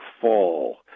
fall